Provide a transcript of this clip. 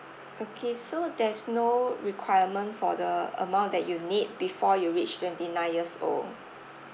okay so there's no requirement for the amount that you need before you reach twenty nine years old